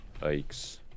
Yikes